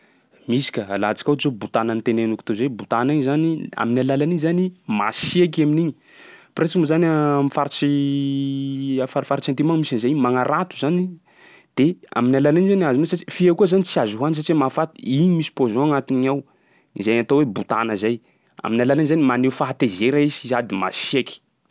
Misy ka, alantsika ohatsy botana noteneniko teo zay. Botana iny zany, amin'ny alalan'iny zany masieky i amin'igny. Presque moa zany am'faritsy am'farifaritsy antimo agny misy an'izay, magnarato zany de amin'ny alalan'iny zany azonao satria fia koa zany tsy azo hohany satsia mahafaty, igny misy poison agnatiny igny ao, zay atao hoe botana zay, amin'ny alalan'iny zany maneho fahatezera izy sady masieky.